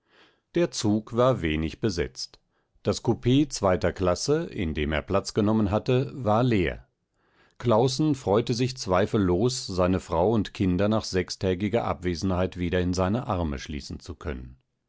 der zug war wenig besetzt das kupee zweiter klasse in dem er platz genommen hatte war leer claußen freute te sich zweifellos seine frau und kinder nach sechstägiger abwesenheit wieder in seine arme schließen zu können